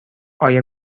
آیا